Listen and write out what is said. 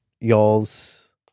y'all's